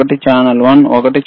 ఒకటి ఛానల్ 1 ఒకటి ఛానల్ 2